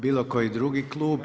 Bilo koji drugi klub?